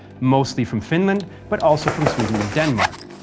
mostly from finland but also from sweden and denmark.